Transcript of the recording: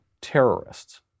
terrorists